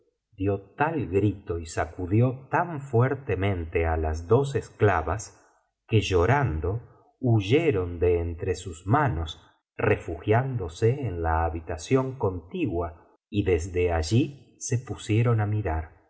dio tal grito y sacudió tan fuertemente á las dos esclavas que llorando huyeron de entre sus manos refugiándose en la habitación contigua y desde allí se pusieron á mirar